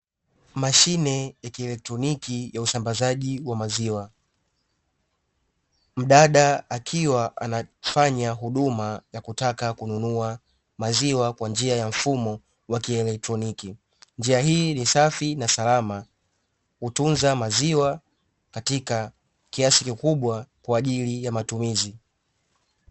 Mashine ya kieletroniki ya usambazaji wa maziwa, mdada akiwa anafanya huduma ya kutaka kununua maziwa kwa njia ya mfumo wa kieletroniki, njia hii ni safi na salama hutunza maziwa katika kiasi kikubwa kwa ajili ya matumizi.